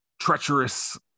treacherous